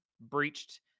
breached